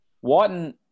Whiten